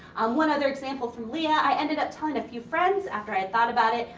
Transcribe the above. one other example from leah. i ended up telling a few friends after i had thought about it.